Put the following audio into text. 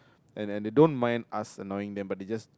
and they they don't mind us annoying them but they just